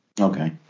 Okay